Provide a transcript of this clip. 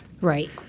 Right